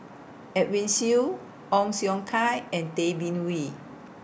Edwin Siew Ong Siong Kai and Tay Bin Wee